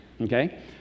okay